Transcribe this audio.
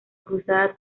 cruzada